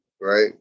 right